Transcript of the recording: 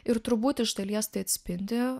ir turbūt iš dalies tai atspindi